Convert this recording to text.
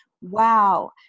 wow